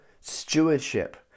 stewardship